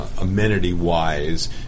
amenity-wise